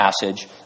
passage